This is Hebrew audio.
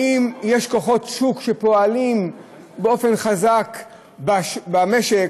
האם יש כוחות שוק שפועלים באופן חזק במשק,